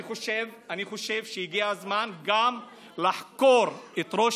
אני חושב שהגיע הזמן גם לחקור את ראש